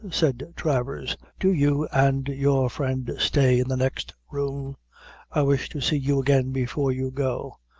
said travers, do you and your friend stay in the next room i wish to see you again before you go.